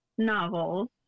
novels